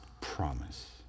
promise